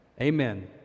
Amen